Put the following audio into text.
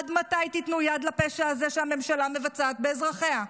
עד מתי תיתנו יד לפשע הזה שהממשלה מבצע באזרחיה?